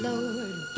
Lord